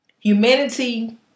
Humanity